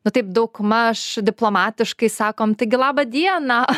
nu taip daugmaž diplomatiškai sakom taigi laba diena